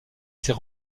ces